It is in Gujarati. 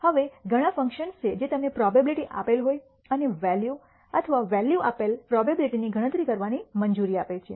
હવે ઘણાં ફંકશન્સ છે જે તમને પ્રોબેબિલિટી આપેલ હોય અને વૅલ્યુ અથવા વૅલ્યુ આપેલ પ્રોબેબિલિટી ની ગણતરી કરવાની મંજૂરી આપે છે